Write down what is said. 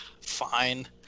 Fine